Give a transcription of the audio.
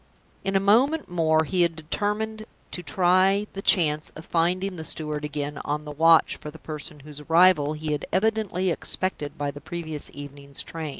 in a moment more, he had determined to try the chance of finding the steward again on the watch for the person whose arrival he had evidently expected by the previous evening's train.